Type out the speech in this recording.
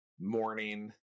morning